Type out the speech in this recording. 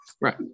Right